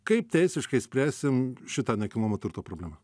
kaip teisiškai spręsim šitą nekilnojamo turto problemą